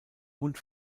und